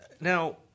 Now